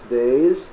days